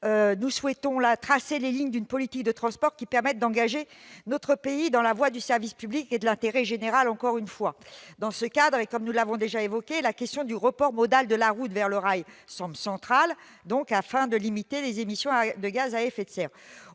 nous souhaitons tracer les lignes d'une politique des transports permettant d'engager notre pays dans la voie du service public et de l'intérêt général. Dans ce cadre, comme nous l'avons déjà évoqué, la question du report modal de la route vers le rail semble centrale, afin de limiter les émissions de gaz à effet de serre.